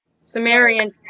Sumerian